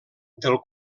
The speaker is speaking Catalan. del